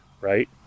right